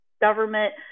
government